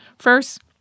First